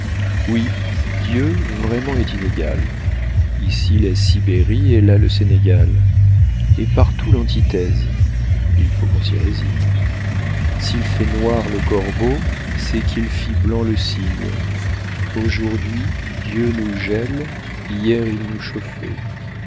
oui dieu vraiment est inégal ici la sibérie et là le sénégal et partout l'antithèse il faut qu'on s'y résigne s'il fait noir le corbeau c'est qu'il fit blanc le cygne aujourd'hui dieu nous gèle hier il nous chauffait